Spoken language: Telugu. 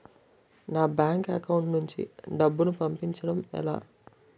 నా బ్యాంక్ అకౌంట్ నుంచి డబ్బును పంపించడం ఎలా?